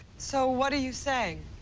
so, what are you saying?